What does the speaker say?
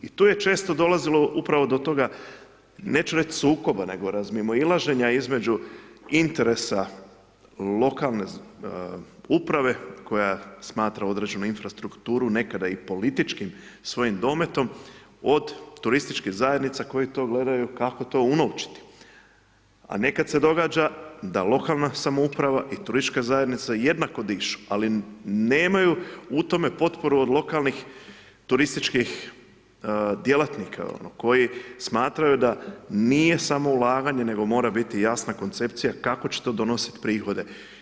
I tu je često dolazimo upravo do toga, neću reći sukoba nego razmimoilaženja između interesa lokalne uprave koja smatra određenu infrastrukturu nekada i političkim svojim dometom od turističkih zajednica koje to gledaju kako to unovčiti a nekad se događa da lokalna samouprava i turistička zajednica jednako dišu ali nemaju u tome potporu od lokalnih turističkih djelatnika koji smatraju da nije samo ulaganje nego mora biti jasna koncepcija kako će to donositi prihode.